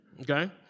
okay